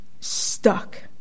stuck